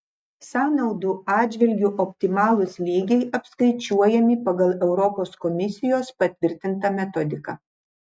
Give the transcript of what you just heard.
sąnaudų atžvilgiu optimalūs lygiai apskaičiuojami pagal europos komisijos patvirtintą metodiką